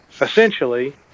essentially